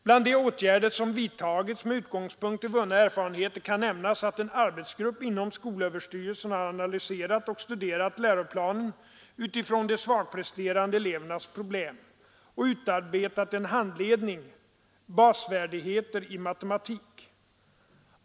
Bland de åtgärder som vidtagits med utgångspunkt i vunna erfarenheter kan nämnas att en arbetsgrupp inom skolöverstyrelsen har analyserat och studerat läroplanen utifrån de svagpresterande elevernas problem och utarbetat en handledning, ”Basfärdigheter i matematik”.